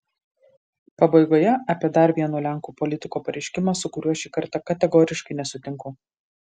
pabaigoje apie dar vieno lenkų politiko pareiškimą su kuriuo šį kartą kategoriškai nesutinku